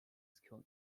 school